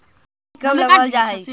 राई कब लगावल जाई?